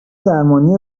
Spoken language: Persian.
درمانی